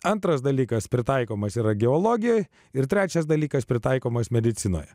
antras dalykas pritaikomas yra geologijoj ir trečias dalykas pritaikomas medicinoje